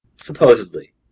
Supposedly